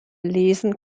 lesen